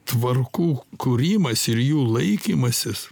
tvarkų kūrimąsi ir jų laikymasis